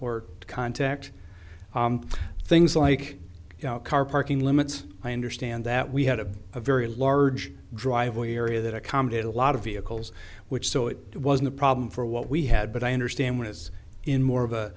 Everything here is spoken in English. or contact things like car parking limits i understand that we had a very large driveway area that accommodate a lot of vehicles which so it wasn't a problem for what we had but i understand when it's in more of a